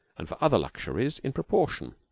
and for other luxuries in proportion.